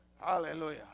Hallelujah